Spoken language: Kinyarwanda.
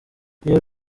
iyo